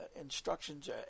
instructions